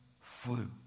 flew